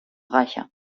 reicher